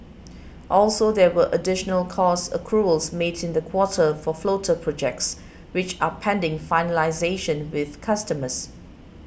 also there were additional cost accruals made in the quarter for floater projects which are pending finalisation with customers